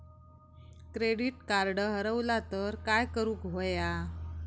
Credit card हरवला तर काय करुक होया?